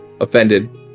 Offended